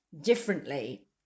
differently